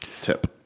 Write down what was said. tip